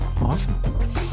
Awesome